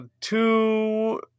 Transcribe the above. two